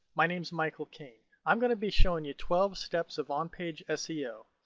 my name's michael cain. i'm going to be showing you twelve steps of on page seo.